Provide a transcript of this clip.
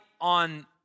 on